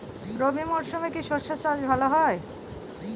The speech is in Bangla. রবি মরশুমে কি সর্ষে চাষ ভালো হয়?